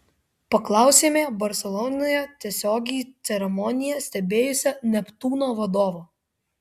paklausėme barselonoje tiesiogiai ceremoniją stebėjusio neptūno vadovo